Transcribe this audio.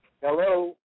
Hello